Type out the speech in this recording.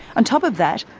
on top of that,